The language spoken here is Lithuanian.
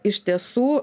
iš tiesų